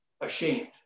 ashamed